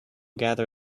gather